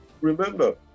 Remember